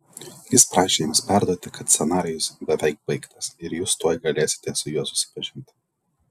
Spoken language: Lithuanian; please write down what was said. jis prašė jums perduoti kad scenarijus beveik baigtas ir jūs tuoj galėsite su juo susipažinti